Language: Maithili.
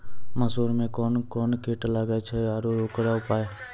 मसूर मे कोन कोन कीट लागेय छैय आरु उकरो उपाय?